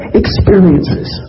experiences